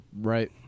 Right